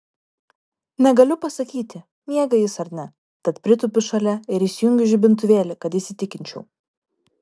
negaliu pasakyti miega jis ar ne tad pritūpiu šalia ir įsijungiu žibintuvėlį kad įsitikinčiau